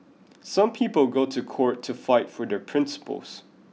some people go to court to fight for their principles